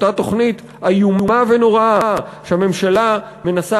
אותה תוכנית איומה ונוראה שהממשלה מנסה